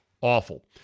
Awful